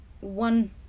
one